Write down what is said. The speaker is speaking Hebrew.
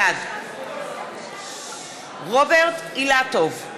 בעד רוברט אילטוב,